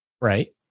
Right